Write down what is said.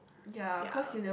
ya